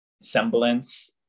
semblance